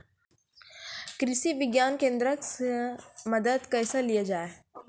कृषि विज्ञान केन्द्रऽक से मदद कैसे लिया जाय?